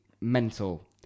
mental